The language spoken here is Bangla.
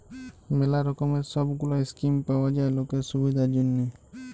ম্যালা রকমের সব গুলা স্কিম পাওয়া যায় লকের সুবিধার জনহ